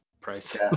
price